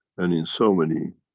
and in so many,